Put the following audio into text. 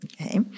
Okay